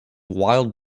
wild